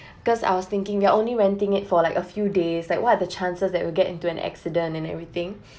because I was thinking we are only renting it for like a few days like what are the chances that will get into an accident and everything